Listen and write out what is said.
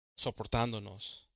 soportándonos